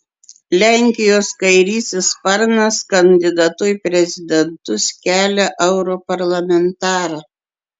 lenkijos kairysis sparnas kandidatu į prezidentus kelia europarlamentarą